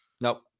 No